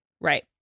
right